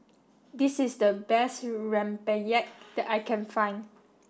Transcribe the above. this is the best rempeyek that I can find